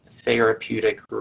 therapeutic